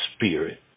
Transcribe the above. Spirit